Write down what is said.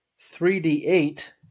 3d8